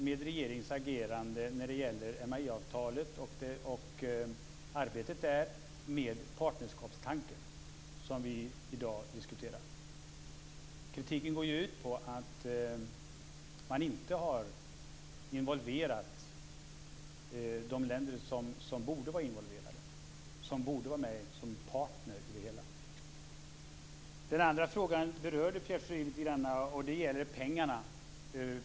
MAI-avtalet och arbetet med partnerskapstanken som vi i dag diskuterar? Kritiken går ju ut på att man inte har involverat de länder som borde vara involverade, som borde vara med som partner i det hela. Den andra frågan berörde Pierre Schori litet grand. Det gäller pengarna.